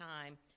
time